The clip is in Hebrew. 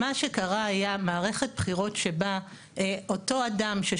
מה שקרה הוא שהייתה מערכת בחירות שבה אותו אדם,